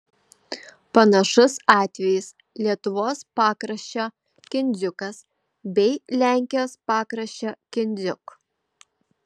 panašus atvejis lietuvos pakraščio kindziukas bei lenkijos pakraščio kindziuk